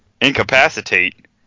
Incapacitate